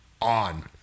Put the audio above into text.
on